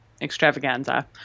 extravaganza